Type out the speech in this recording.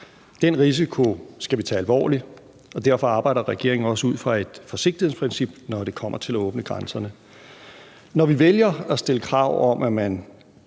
Den risiko skal vi tage alvorligt, og derfor arbejder regeringen også ud fra et forsigtighedsprincip, når det kommer til at åbne grænserne. Når vi vælger at stille krav om, at man